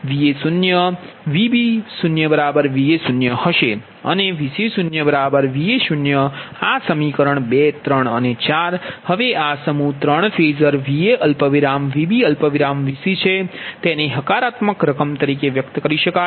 તેથી તે Va0 Vb0Va0 હશે અને Vc0Va0આ સમીકરણ 2 3 અને 4 હવે આ સમૂહ આ ત્રણ ફેઝર Va Vb Vc છે તેને હકારાત્મક રકમ તરીકે વ્યક્ત કરી શકાય